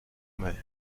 maire